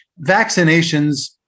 Vaccinations